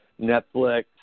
Netflix